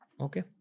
Okay